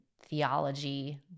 theology